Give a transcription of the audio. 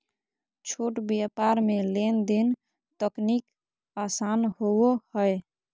छोट व्यापार मे लेन देन तनिक आसान होवो हय